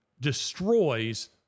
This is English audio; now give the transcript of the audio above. destroys